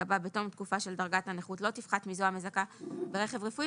שתיקבע בתום התקופה של דרגת הנכות לא תפחת מזו המזכה ברכב רפואי,